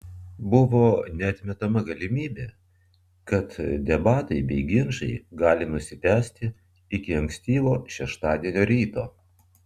buvo neatmetama galimybė kad debatai bei ginčai gali nusitęsti iki ankstyvo šeštadienio ryto